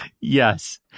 yes